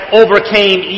overcame